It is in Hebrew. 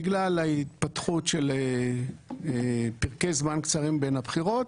בגלל התפתחות פרקי זמן קצרים בין הבחירות,